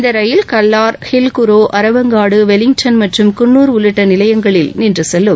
இந்த ரயில் கல்லார் ஹில்குரோ அரவங்காடு வெலிங்டன் மற்றும் குன்னூர் உள்ளிட்ட நிலையங்களில் நின்று செல்லும்